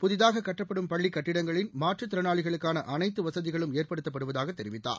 புதிதாக கட்டப்படும் பள்ளிக் கட்டிடங்களில் மாற்றுத்திறனாளிகளுக்கான அனைத்து வசதிகளும் ஏற்டுத்தப்படுவதாக தெரிவித்தார்